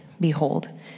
behold